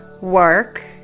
work